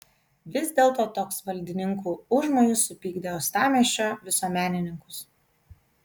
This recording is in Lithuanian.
vis dėlto toks valdininkų užmojis supykdė uostamiesčio visuomenininkus